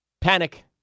Panic